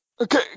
Okay